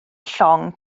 llong